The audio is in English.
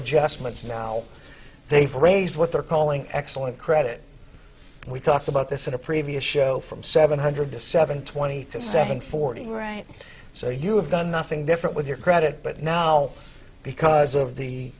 adjustments now they've raised what they're calling excellent credit and we talked about this in a previous show from seven hundred to seven twenty to seven forty right so you have done nothing different with your credit but now because of the